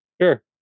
Sure